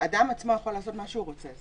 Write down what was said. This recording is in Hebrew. אדם עצמו יכול לעשות מה שהוא רוצה,